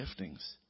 giftings